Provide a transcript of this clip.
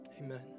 Amen